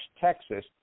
Texas